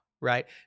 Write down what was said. right